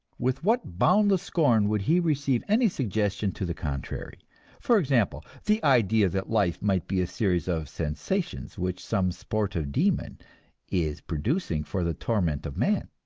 with what boundless scorn would he receive any suggestion to the contrary for example, the idea that life might be a series of sensations which some sportive demon is producing for the torment of man!